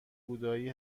بودایی